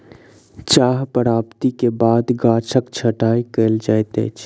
चाह प्राप्ति के बाद गाछक छंटाई कयल जाइत अछि